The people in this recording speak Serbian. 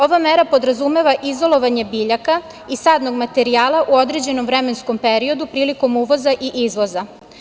Ova mera podrazumeva izolovanje biljaka i sadnog materijala u određenom vremenskom periodu prilikom uvoza i izvoza.